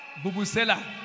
Bubusela